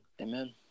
Amen